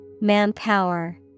Manpower